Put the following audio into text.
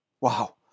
Wow